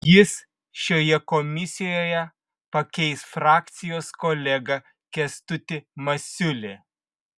jis šioje komisijoje pakeis frakcijos kolegą kęstutį masiulį